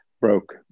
Broke